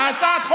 אתה לא מתבייש?